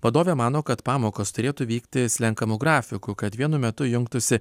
vadovė mano kad pamokos turėtų vykti slenkamu grafiku kad vienu metu jungtųsi